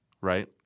right